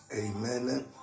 amen